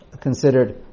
considered